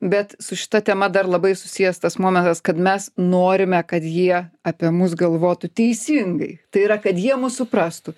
bet su šita tema dar labai susijęs tas momentas kad mes norime kad jie apie mus galvotų teisingai tai yra kad jie mus suprastų